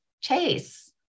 Chase